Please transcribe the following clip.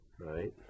right